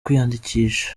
kwiyandikisha